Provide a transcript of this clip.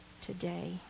today